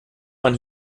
man